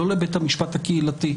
לא לבית המשפט הקהילתי.